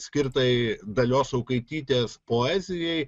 skirtai dalios saukaitytės poezijai